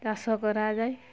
ଚାଷ କରାଯାଏ